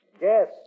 Yes